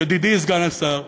ידידי סגן השר,